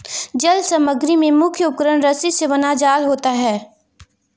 जल समग्री में मुख्य उपकरण रस्सी से बना जाल होता है